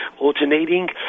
alternating